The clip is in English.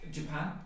Japan